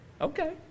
Okay